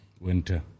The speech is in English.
Winter